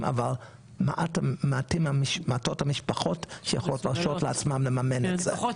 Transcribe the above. אבל מעטות המשפחות שיכולות להרשות לעצמן למממן את זה.